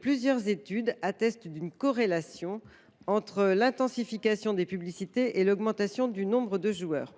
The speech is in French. Plusieurs études attestent en effet d’une corrélation entre l’intensification des publicités et l’augmentation du nombre de joueurs.